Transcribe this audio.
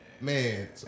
Man